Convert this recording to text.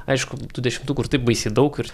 aišku tų dešimtukų ir taip baisiai daug ir